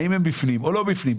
האם הם בפנים או לא בפנים.